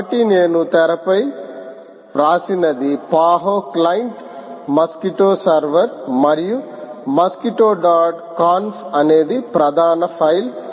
కాబట్టి నేను తెరపై వ్రాసినది పహో క్లయింట్ మస్క్విటో సర్వర్ మరియు మస్క్విటో డాట్ కాంఫ్ అనేది ప్రధాన ఫైలు